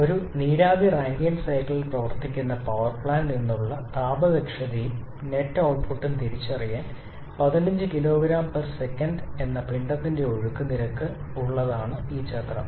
ഒരു നീരാവി റാങ്കൈൻ സൈക്കിളിൽ പ്രവർത്തിക്കുന്ന പവർ പ്ലാന്റ് നിന്നുള്ള താപ ദക്ഷതയും നെറ്റ് ഔട്ട്പുട്ടും തിരിച്ചറിയാൻ 15 കിലോഗ്രാം സെ എന്ന പിണ്ഡത്തിന്റെ ഒഴുക്ക് നിരക്ക് ഉള്ള ഇതാണ് ചക്രം